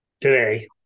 Today